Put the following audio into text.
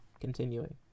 Continuing